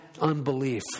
unbelief